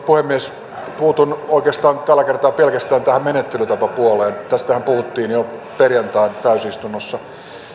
puhemies puutun tällä kertaa oikeastaan pelkästään tähän menettelytapapuoleen tästähän puhuttiin jo perjantain täysistunnossa